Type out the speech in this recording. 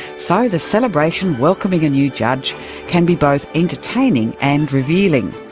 so the celebration welcoming a new judge can be both entertaining and revealing.